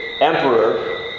emperor